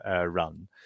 run